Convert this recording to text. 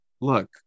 Look